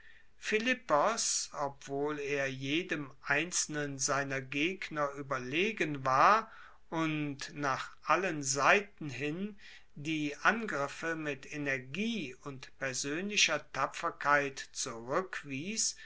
philippos obwohl er jedem einzelnen seiner gegner ueberlegen war und nach allen seiten hin die angriffe mit energie und persoenlicher tapferkeit